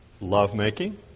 lovemaking